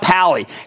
Pally